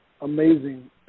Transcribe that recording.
amazing